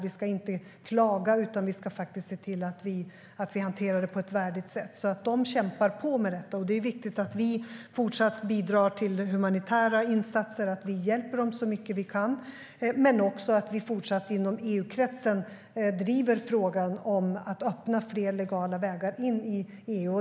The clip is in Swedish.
Vi ska inte klaga, utan vi ska se till att hantera det på ett värdigt sätt. De kämpar på med detta. Det är viktigt att vi fortsatt bidrar till humanitära insatser och hjälper dem så mycket vi kan, men också att vi fortsätter inom EU-kretsen att driva frågan om att öppna fler legala vägar in i EU.